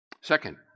Second